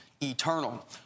eternal